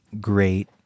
great